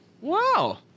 Wow